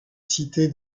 cité